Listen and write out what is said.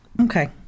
Okay